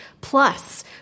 plus